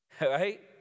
Right